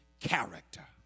character